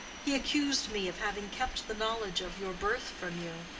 he accused me of having kept the knowledge of your birth from you,